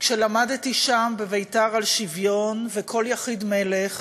כשלמדתי שם, בבית"ר, על שוויון ו"כל יחיד מלך",